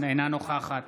אינה נוכחת